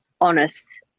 honest